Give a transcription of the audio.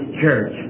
church